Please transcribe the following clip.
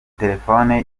telephone